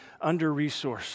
under-resourced